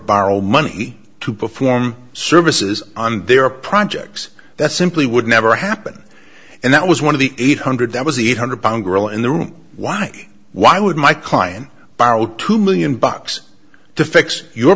borrow money to perform services on their projects that simply would never happen and that was one of the eight hundred that was the eight hundred pound gorilla in the room why why would my client borrow two million bucks to fix your